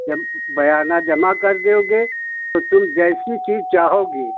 जब बयाना जमा कर दोगे तुम जैसी चीज़ चाहोगी